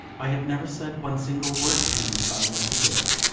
i have never said one single word to him about what he did.